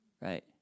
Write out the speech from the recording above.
Right